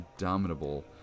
Indomitable